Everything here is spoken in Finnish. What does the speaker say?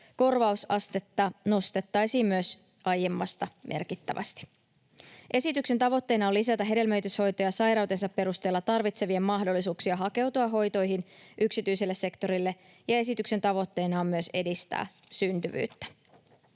Korvausastetta myös nostettaisiin aiemmasta merkittävästi. Esityksen tavoitteena on lisätä hedelmöityshoitoja sairautensa perusteella tarvitsevien mahdollisuuksia hakeutua hoitoihin yksityiselle sektorille, ja esityksen tavoitteena on myös edistää syntyvyyttä.